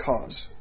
cause